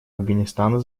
афганистана